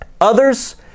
Others